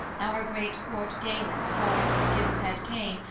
our great court-galen poised his gilt-head cane,